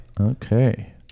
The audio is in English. Okay